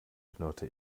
knurrte